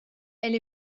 elle